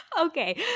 Okay